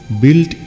built